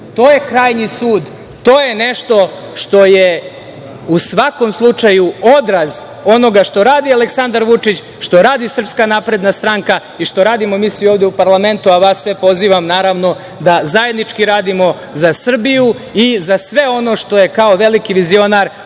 To je krajnji sud, to je nešto što je u svakom slučaju odraz onoga što radi Aleksandar Vučić, što radi SNS i što radimo mi svi ovde u parlamentu. Vas sve pozivam, naravno, da zajednički radimo za Srbiju i za sve ono što je, kao veliki vizionar, uradio